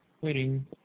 waiting